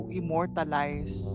immortalize